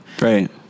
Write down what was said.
Right